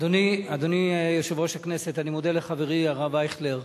אדוני יושב-ראש הכנסת, אני מודה לחברי הרב אייכלר.